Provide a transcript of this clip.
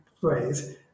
phrase